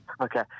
Okay